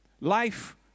Life